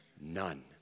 None